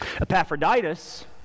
Epaphroditus